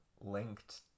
linked